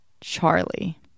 Charlie